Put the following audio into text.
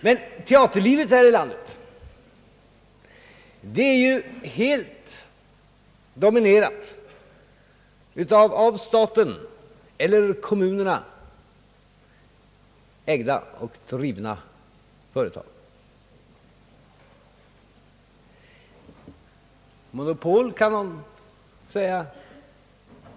Men teaterlivet här i landet är ju helt dominerat av företag som är ägda och drivna av staten eller kommunerna. Monopol, kan man säga.